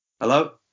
Hello